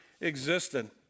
existed